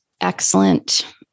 excellent